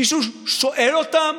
מישהו שואל אותם: